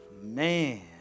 man